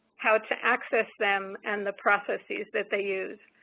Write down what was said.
how to access them, and the processes that they use.